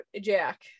jack